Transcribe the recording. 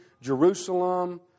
Jerusalem